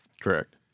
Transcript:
Correct